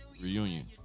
reunion